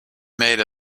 made